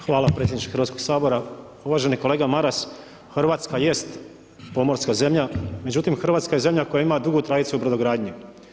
Hvala predsjedniče Hrvatskog sabora, uvaženi kolega Maras, Hrvatska jest pomorska zemlja, međutim Hrvatska je zemlja koja ima dugu tradiciju brodogradnje.